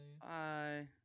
Bye